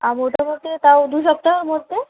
আর মোটামোটি তাও দু সপ্তাহ মত